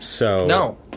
No